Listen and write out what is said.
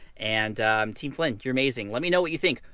and team flynn you're amazing. let me know what you think.